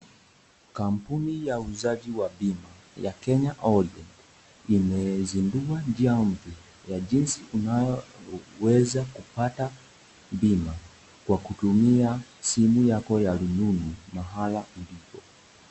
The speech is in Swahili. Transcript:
Kampuni ya uuzaji wa bima ya KENYA ORIENT, imezindua njia mpya, ya jinsi unayoweza kupata bima, kwa kutumia simu yako ya rununu mahala ulipo.